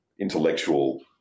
intellectual